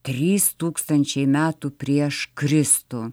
trys tūkstančiai metų prieš kristų